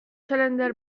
چندلر